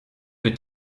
wird